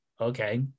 okay